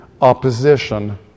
Opposition